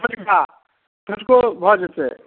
छोटका छोटको भऽ जेतै